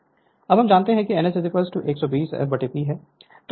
Refer Slide Time 2654 अब हम जानते हैं कि n S 120 f P है